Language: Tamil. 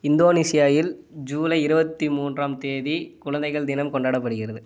இந்தோனேஷியாயில் ஜூலை இருபத்தி மூன்றாம் தேதி குழந்தைகள் தினம் கொண்டாடப்படுகிறது